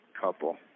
couple